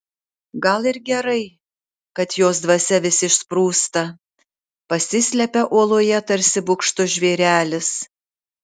gal ir gerai kad jos dvasia vis išsprūsta pasislepia oloje tarsi bugštus žvėrelis